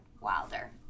Wilder